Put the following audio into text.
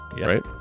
right